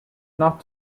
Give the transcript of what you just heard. not